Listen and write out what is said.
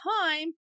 time